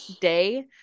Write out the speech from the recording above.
day